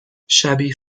شبیه